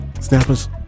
Snappers